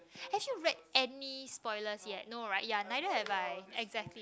actually read any spoilers yet no right neither have I exactly